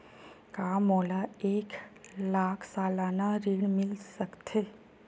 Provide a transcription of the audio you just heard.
का मोला एक लाख सालाना ऋण मिल सकथे?